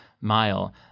mile